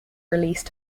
released